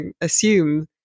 assume